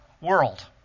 world